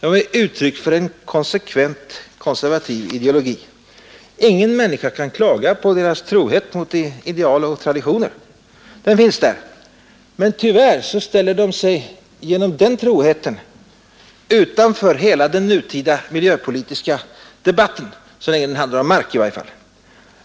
är uttryck för en konsekvent konservativ ideologi. Ingen människa kan klaga på deras trohet mot traditioner och ideal. Den finns där. Men tyvärr ställer de sig genom denna trohet utanför hela den nutida miljöpolitiska debatten — i varje fall så länge den handlar om mark.